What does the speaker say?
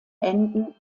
enden